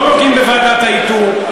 לא נוגעים בוועדת האיתור,